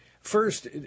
First